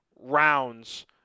rounds